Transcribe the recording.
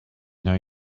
know